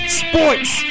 sports